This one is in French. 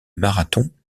marathon